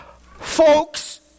folks